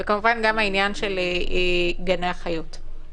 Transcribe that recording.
וכמובן גם העניין של גני החיות.